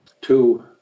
two